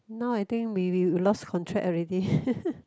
now I think we we lost contact already